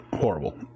horrible